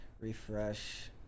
refresh